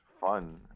Fun